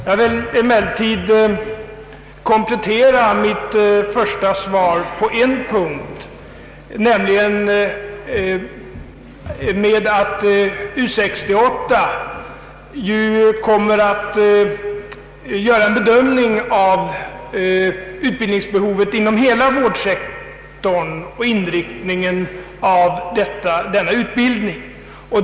Jag vill därutöver komplettera mitt svar på en punkt, nämligen med att erinra om att U 68 kommer att göra en bedömning av utbildningsbehovet inom hela vårdsektorn och inriktningen av denna utbildning.